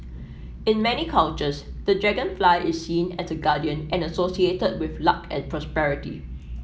in many cultures the dragonfly is seen as a guardian and associated with luck and prosperity